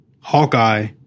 Hawkeye